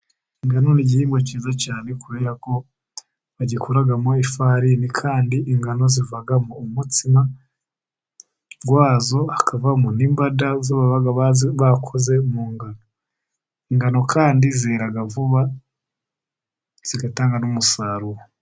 Ingano ni igihigwa cyiza cyane, kubera ko bagikuramo ifarini, kandi ingano zivamo umutsima wazo, hakavamo n'imbada zo baba bakoze mu ngano. Kandi zera vuba zigatanga n'umusaruro.